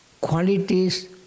qualities